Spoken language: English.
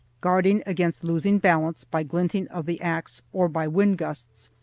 guarding against losing balance by glinting of the axe, or by wind-gusts,